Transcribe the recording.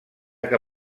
que